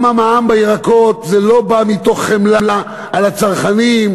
גם ביטול המע"מ על ירקות לא בא מתוך חמלה על הצרכנים,